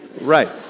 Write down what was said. right